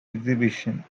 exhibition